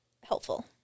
helpful